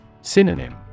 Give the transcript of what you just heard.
Synonym